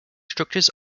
structures